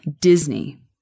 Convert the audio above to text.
Disney